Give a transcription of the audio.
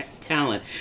talent